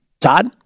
Todd